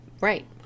Right